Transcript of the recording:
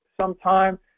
sometime